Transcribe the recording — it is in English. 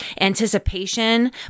anticipation